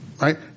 Right